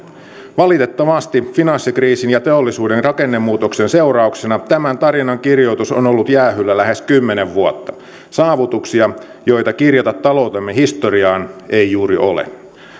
valitettavasti finanssikriisin ja teollisuuden rakennemuutoksen seurauksena tämän tarinan kirjoitus on ollut jäähyllä lähes kymmenen vuotta saavutuksia joita kirjata taloutemme historiaan ei juuri ole